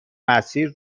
مسیر